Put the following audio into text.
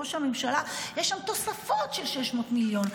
ראש הממשלה" יש שם תוספות של 600 מיליון.